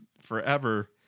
forever